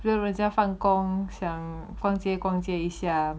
人家放工想逛街逛街一下